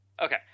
okay